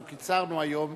אנחנו קיצרנו היום